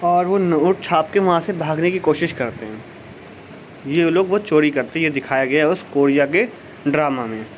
اور وہ نوٹ چھاپ کے وہاں سے بھاگنے کی کوشش کرتے ہیں یہ لوگ بہت چوری کرتے ہیں یہ دکھایا گیا ہے اس کوریا کے ڈرامہ میں